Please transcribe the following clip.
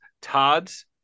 todd's